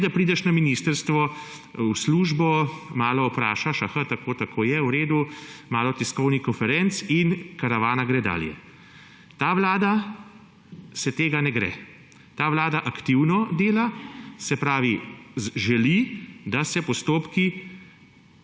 pa, da prideš na ministrstvo v službo, malo vprašaš, aha, aha, tako, tako je, v redu, malo tiskovnih konferenc in karavana gre dalje. Ta vlada se tega ne gre. Ta vlada aktivno dela, želi, da se postopki